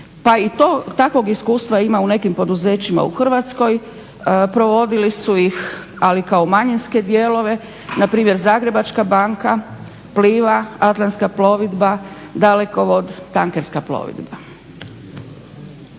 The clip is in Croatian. pa i takvog iskustva ima u nekim poduzećima u Hrvatskoj, provodili su ih ali kao manjinske dijelove. Npr. Zagrebačka banka, Pliva, Atlantska plovidba, Dalekovod, Tankerska plovidba.